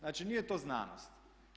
Znači, nije to znanost.